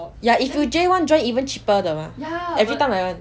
ya if you J one join even cheaper mah every time like that [one]